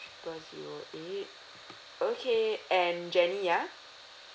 triple zero eight okay and jenny ah